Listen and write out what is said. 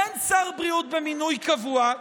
אין שר בריאות במינוי קבוע,